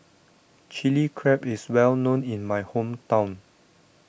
Chilli Crab is well known in my hometown